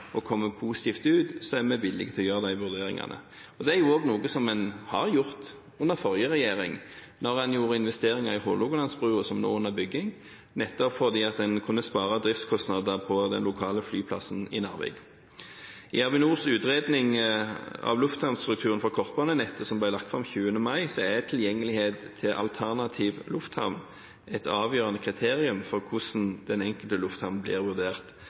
og kommer positivt ut, så er vi villig til å gjøre de vurderingene. Det er også noe en gjorde under den forrige regjeringen, da en gjorde investeringer i Hålogalandsbrua, som nå er under bygging, nettopp fordi en kunne spare driftskostnader på den lokale flyplassen i Narvik. I Avinors utredning av lufthavnstrukturen for kortbanenettet, som ble lagt fram 20. mai, er tilgjengelighet til alternativ lufthavn et avgjørende kriterium for hvordan den enkelte lufthavn blir vurdert.